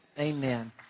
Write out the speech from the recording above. amen